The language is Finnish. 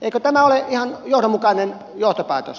eikö tämä ole ihan johdonmukainen johtopäätös